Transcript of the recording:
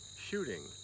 shooting